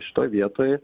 šitoj vietoj